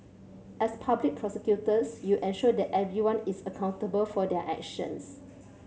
as public prosecutors you ensure that everyone is accountable for their actions